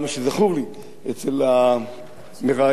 אצל המראיינת סיון